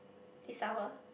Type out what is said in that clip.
is sour